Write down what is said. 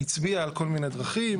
הצביע על כל מיני דרכים.